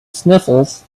sniffles